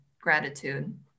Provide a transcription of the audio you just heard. gratitude